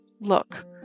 Look